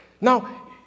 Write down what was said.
Now